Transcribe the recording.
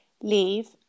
leave